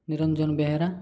Niranjan Behera